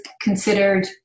considered